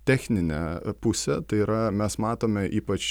techninė pusėtai yra mes matome ypač